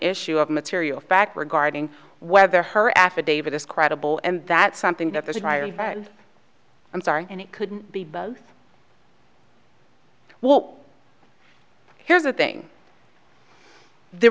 issue of material fact regarding whether her affidavit is credible and that something that there is i'm sorry and it could be both well here's the thing the